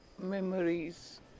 memories